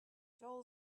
joel